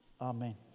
Amen